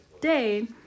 day